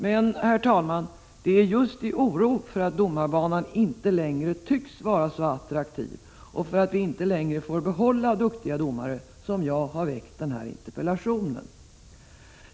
Men, herr talman, det är just i oro för att domarbanan inte längre tycks vara så attraktiv och för att vi inte längre får behålla duktiga domare som jag har väckt den här interpellationen.